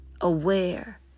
aware